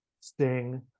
sting